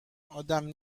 آدم